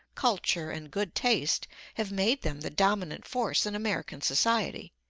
culture and good taste have made them the dominant force in american society,